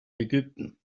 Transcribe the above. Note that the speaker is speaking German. ägypten